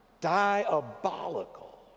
Diabolical